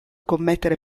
commettere